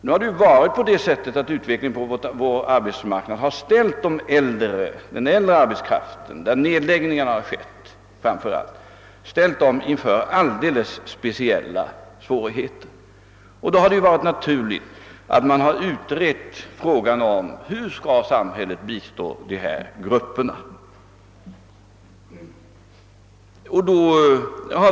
| Nu har utvecklingen på vår arbetsmarknad ställt den äldre arbetskraften — framför allt där nedläggningarna har skett — inför alldeles speciella svårigheter. Det har då varit naturligt att man har utrett frågan om hur samhället skall bistå dessa grupper.